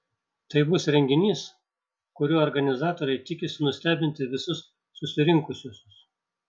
tai bus renginys kuriuo organizatoriai tikisi nustebinti visus susirinkusiuosius